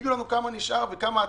תגידו לנו כמה נשאר ומה הצפי,